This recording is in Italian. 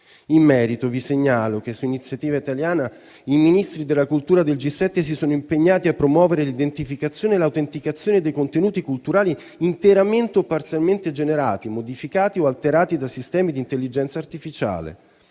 In merito vi segnalo che, su iniziativa italiana, i Ministri della cultura del G7 si sono impegnati a promuovere l'identificazione e l'autenticazione dei contenuti culturali interamente o parzialmente generati, modificati o alterati da sistemi di intelligenza artificiale,